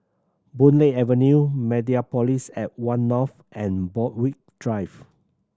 Boon Lay Avenue Mediapolis at One North and Borthwick Drive